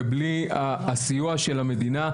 ובלי הסיוע של המדינה,